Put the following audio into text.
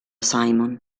simon